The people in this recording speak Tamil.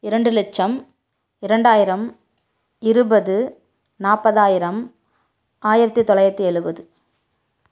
இரண்டு லட்சம் இரண்டாயிரம் இருபது நாற்பதாயிரம் ஆயிரத்தி தொள்ளாயிரத்தி எழுபது